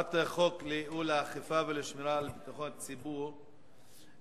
הצעת חוק לייעול האכיפה ולשמירה על ביטחון הציבור (חילוט